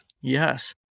Yes